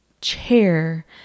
chair